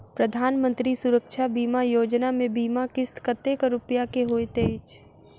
प्रधानमंत्री सुरक्षा बीमा योजना मे बीमा किस्त कतेक रूपया केँ होइत अछि?